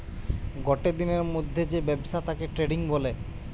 গটে দিনের মধ্যে হয় যে ব্যবসা তাকে দে ট্রেডিং বলে